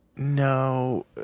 No